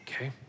Okay